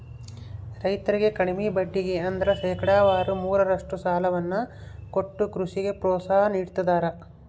ರೈತರಿಗೆ ಕಡಿಮೆ ಬಡ್ಡಿಗೆ ಅಂದ್ರ ಶೇಕಡಾವಾರು ಮೂರರಷ್ಟು ಸಾಲವನ್ನ ಕೊಟ್ಟು ಕೃಷಿಗೆ ಪ್ರೋತ್ಸಾಹ ನೀಡ್ತದರ